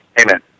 Amen